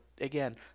again